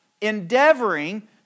Endeavoring